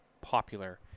popular